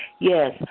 yes